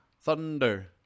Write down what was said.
Thunder